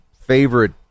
favorite